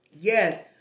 Yes